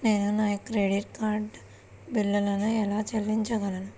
నేను నా credit card బిల్లును ఎలా చెల్లించగలను?